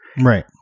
right